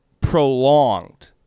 prolonged